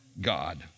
God